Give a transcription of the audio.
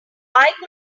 involved